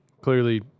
clearly